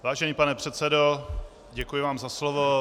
Vážený pane předsedo, děkuji vám za slovo.